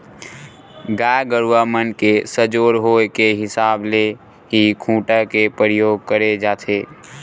गाय गरुवा मन के सजोर होय के हिसाब ले ही खूटा के परियोग करे जाथे